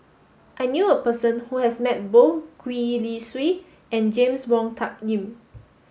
I knew a person who has met both Gwee Li Sui and James Wong Tuck Yim